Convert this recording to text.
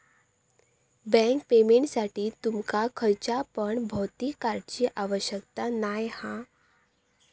bank पेमेंटसाठी तुमका खयच्या पण भौतिक कार्डची आवश्यकता नाय हा